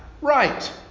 right